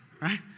Right